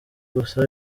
gusa